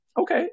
okay